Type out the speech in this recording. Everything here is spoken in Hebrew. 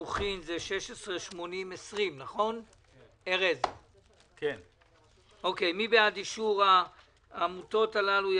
הסימוכין זה 16-80-20. מי בעד אישור העמותות הללו?